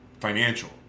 financial